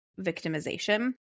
victimization